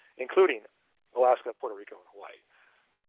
including alaska, puerto rico, and hawaii.